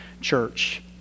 Church